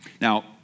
Now